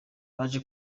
baje